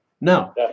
Now